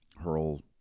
hurl